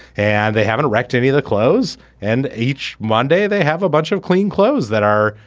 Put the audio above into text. and they haven't wrecked any of the clothes and each one day they have a bunch of clean clothes that are.